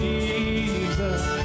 Jesus